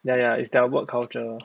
ya ya is their work culture